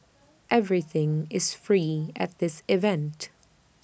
everything is free at this event